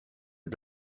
had